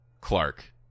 Clark